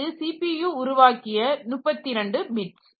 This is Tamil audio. இது சிபியு உருவாக்கிய 32 பிட்ஸ்